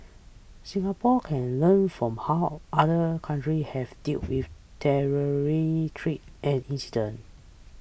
Singapore can learn from how other countries have dealt with treats and incidents